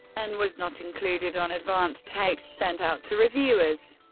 and was not included on advance tapes sent out to reviewers.